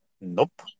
Nope